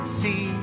see